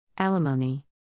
alimony